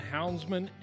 Houndsman